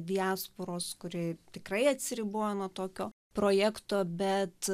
diasporos kuri tikrai atsiribojo nuo tokio projekto bet